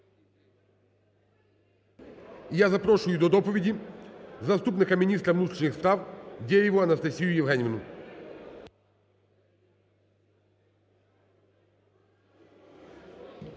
я запрошую до доповіді заступника міністра внутрішніх справ Дєєву Анастасію Євгеніївну.